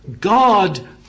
God